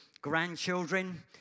grandchildren